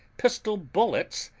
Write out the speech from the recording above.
pistol-bullets,